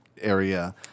area